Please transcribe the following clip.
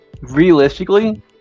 realistically